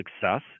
success